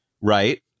right